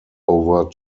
over